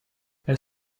elle